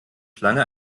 schlange